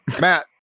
Matt